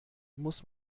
muss